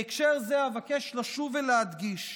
בהקשר זה אבקש לשוב ולהדגיש